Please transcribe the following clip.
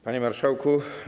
Panie Marszałku!